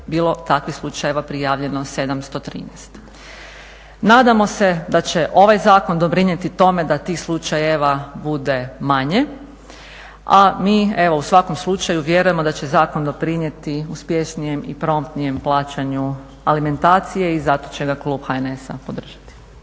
bilo takvih slučajeva prijavljeno 713. Nadamo se da će ovaj zakon doprinijeti tome da tih slučajeva bude manje, a mi evo u svakom slučaju vjerujemo da će zakon doprinijeti uspješnijem i promptnijem plaćanju alimentacije i zato će ga klub HNS-a podržati.